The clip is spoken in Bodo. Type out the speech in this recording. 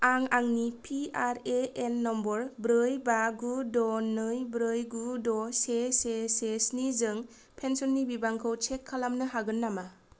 आं आंनि पिआरएएन नम्बर ब्रै बा गु द' नै ब्रै गु द' से से से स्नि जों पेन्सननि बिबांखौ चेक खालामनो हागोन नामा